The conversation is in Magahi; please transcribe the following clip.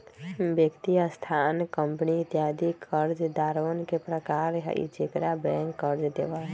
व्यक्ति, संस्थान, कंपनी इत्यादि कर्जदारवन के प्रकार हई जेकरा बैंक कर्ज देवा हई